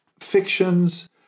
fictions